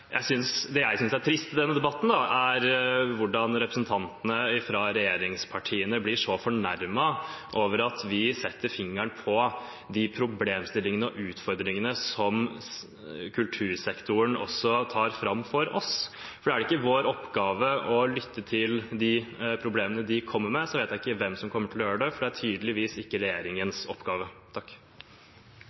jeg synes er trist med denne debatten, er at representantene fra regjeringspartiene blir så fornærmet over at vi setter fingeren på de problemstillingene og utfordringene som kultursektoren tar fram for oss. Hvis det ikke er vår oppgave å lytte til de problemene de kommer med, så vet jeg ikke hvem som kommer til å gjøre det, for det er tydeligvis ikke regjeringens oppgave.